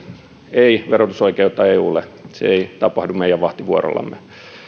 ei verotusoikeutta eulle se ei tapahdu meidän vahtivuorollamme